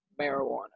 marijuana